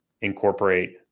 incorporate